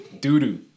doo-doo